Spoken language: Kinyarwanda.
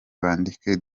bandike